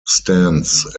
stance